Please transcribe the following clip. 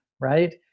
right